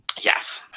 Yes